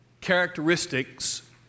characteristics